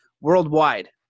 worldwide